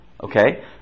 Okay